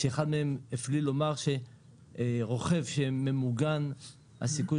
אחד מהם הפליא לומר שרוכב שממוגן הסיכוי